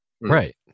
Right